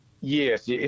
Yes